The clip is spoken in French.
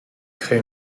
crée